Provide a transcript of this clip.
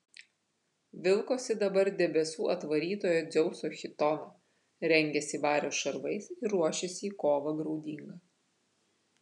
vilkosi dabar debesų atvarytojo dzeuso chitoną rengėsi vario šarvais ir ruošėsi į kovą graudingą